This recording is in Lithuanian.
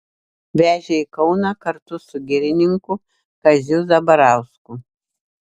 vežė į kauną kartu su girininku kaziu zabarausku